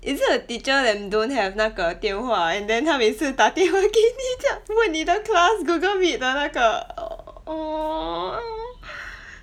is it the teacher that don't have 那个电话 and then 她每次打电话给你家问你的 class Google Meet 的那个 !aww!